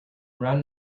round